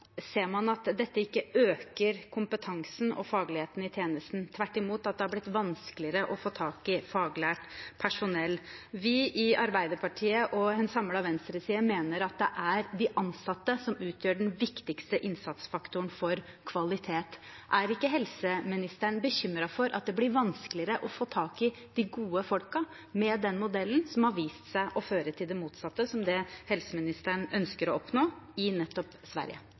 ser at dette ikke øker kompetansen og fagligheten i tjenesten. Tvert imot har det blitt vanskeligere å få tak i faglært personell. Vi i Arbeiderpartiet og en samlet venstreside mener at det er de ansatte som utgjør den viktigste innsatsfaktoren for kvalitet. Er ikke helseministeren bekymret for at det blir vanskeligere å få tak i de gode folkene med den modellen som i Sverige har vist seg å føre til det motsatte av det helseministeren ønsker å oppnå? For det første: Det var en periode her i